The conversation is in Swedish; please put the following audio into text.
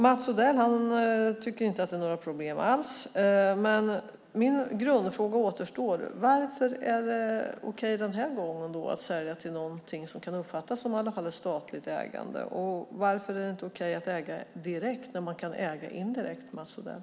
Mats Odell tycker inte att det är några problem alls. Min grundfråga återstår: Varför är det okej den här gången att sälja till något som kan uppfattas som ett statligt ägande? Varför är det inte okej att äga direkt när man kan äga indirekt, Mats Odell?